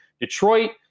Detroit